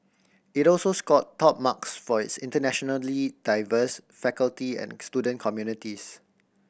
it also scored top marks for its internationally diverse faculty and student communities